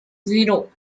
zero